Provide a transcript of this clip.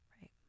right